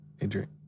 Adrian